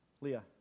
Leah